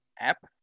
app